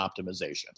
optimization